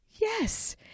Yes